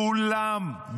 כולם,